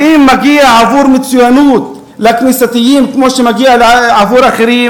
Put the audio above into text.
האם מגיע עבור מצוינות לכנסייתיים כמו שמגיע לאחרים?